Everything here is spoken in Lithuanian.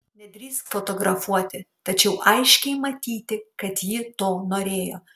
nedrįsk fotografuoti tačiau aiškiai matyti kad ji to norėjo